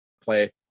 play